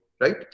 right